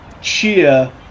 cheer